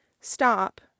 Stop